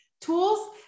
tools